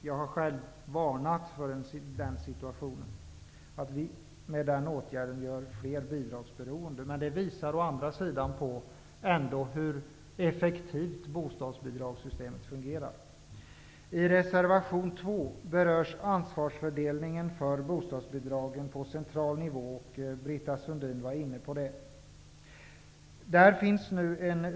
Jag har själv varnat för att vi med den åtgärden gör fler bidragsberoende, men det visar å andra sidan på hur effektivt bostadsbidragssystemet ändå fungerar. I reservation 2 berörs ansvarsfördelningen för bostadsbidragen på central nivå. Britta Sundin har redan talat om detta.